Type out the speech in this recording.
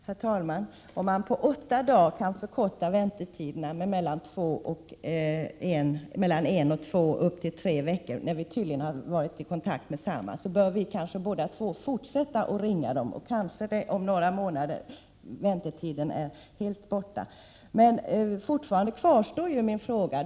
Herr talman! Om man på åtta dagar kan förkorta väntetiderna med en, två och upp till tre veckor, när vi tydligen har varit i kontakt med samma lokalkontor, bör båda två kanske fortsätta att ringa. Då är kanske väntetiden helt borta om några månader. Fortfarande är min fråga om terminalerna obesvarad.